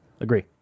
Agree